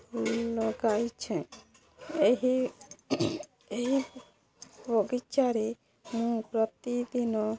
ଲଗାଇଛେଁ ଏହି ଏହି ବଗିଚାରେ ମୁଁ ପ୍ରତିଦିନ